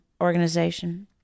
organization